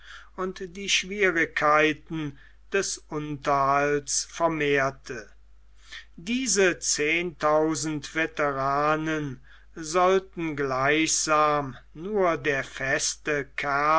und die schwierigkeiten des unterhalts vermehrte diese zehntausend veteranen sollten gleichsam nur der feste